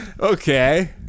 Okay